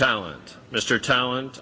talent mr talent